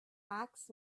asked